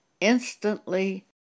instantly